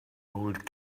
old